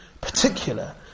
particular